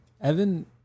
Evan